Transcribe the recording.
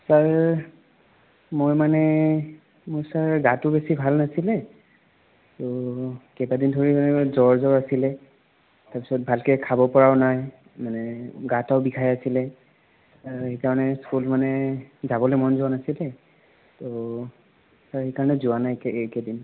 sir মই মানে মোৰ ছাৰ গাটো বেছি ভাল নাছিলে ত' কেইটা দিন ধৰি মানে জ্বৰ জ্বৰ আছিলে তাৰ পিছত ভালকৈ খাব পৰাও নাই মানে গাটোও বিষাই আছিলে সেইকাৰণে স্কুল মানে যাবলৈ মন যোৱা নাছিলে ত' ছাৰ সেইকাৰণে যোৱা নাই এইকে এইকেইদিন